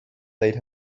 late